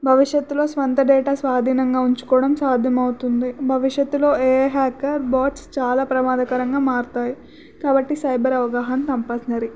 భవిష్యత్తులో స్వంత డేటా స్వాధీనంగా ఉంచుకోవడం సాధ్యమవుతుంది భవిష్యత్తులో ఏ హ్యాకర్ బాట్స్ చాలా ప్రమాదకరంగా మారుతాయి కాబట్టి సైబర్ అవగాహన కంపల్సనరీ